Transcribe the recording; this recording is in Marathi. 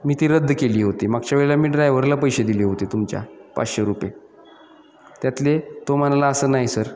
मी ती रद्द केली होती मागच्या वेळेला मी ड्रायव्हरला पैसे दिले होते तुमच्या पाचशे रुपये त्यातले तो म्हणला असं नाही सर